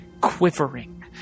quivering